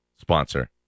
sponsor